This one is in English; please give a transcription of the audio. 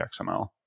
XML